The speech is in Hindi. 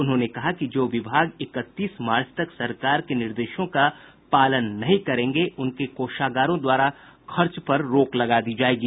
उन्होंने कहा कि जो विभाग इकतीस मार्च तक सरकार के निर्देशों का पालन नहीं करेंगे उनके कोषागारों द्वारा खर्च पर रोक लगा दी जायेगी